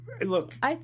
look